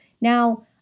Now